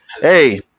hey